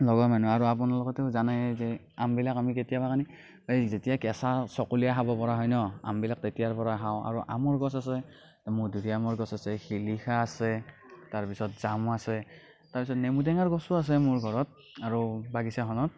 আৰু আপোনালোকেতো জানেই যে আমবিলাক আৰু কেতিয়াবা মানে এই যেতিয়া কেঁচা চকলীয়াই খাব পৰা হয় ন আমবিলাক তেতিয়াৰ পৰা খাওঁ আৰু আমৰ গছ আছে মধুৰি আমৰ গছ আছে শিলিখা আছে তাৰ পিছত জামু আছে তাৰ পিছত নেমু টেঙাৰ গছো আছে মোৰ ঘৰত আৰু বাগিচাখনত